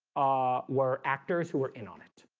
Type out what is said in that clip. ah were actors who were in on it,